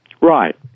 Right